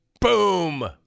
Boom